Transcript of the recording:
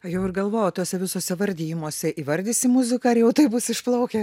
jau ir galvojau tuose visuose vardijimuose įvardysi muziką ar jau tai bus išplaukę